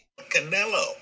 Canelo